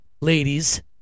ladies